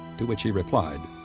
to which he replied,